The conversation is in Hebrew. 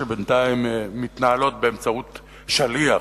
שבינתיים מתנהלות באמצעות שליח.